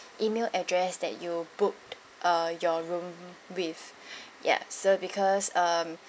email address that you booked uh your room with ya so because um